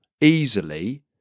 easily